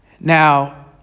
Now